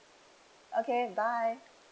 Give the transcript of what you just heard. okay bye